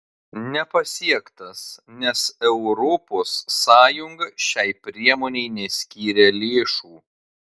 nepasiektas nes europos sąjunga šiai priemonei neskyrė lėšų